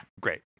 Great